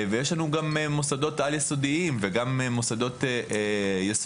ויש לנו גם מוסדות על יסודיים וגם מוסדות יסודיים